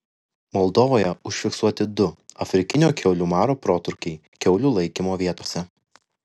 moldovoje užfiksuoti du afrikinio kiaulių maro protrūkiai kiaulių laikymo vietose